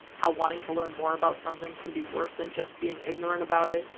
how wanting to learn more about something can be worse than just being ignorant about it.